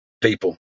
people